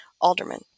aldermen